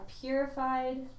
purified